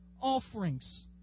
offerings